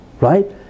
right